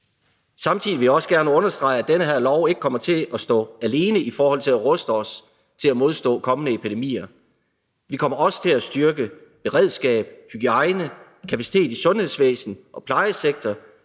Samtidig vil jeg også gerne understrege, at den her lov ikke kommer til at stå alene i forhold til at ruste os til at modstå kommende epidemier. Vi kommer også til at styrke beredskab, hygiejne, kapacitet i sundhedsvæsen og plejesektor,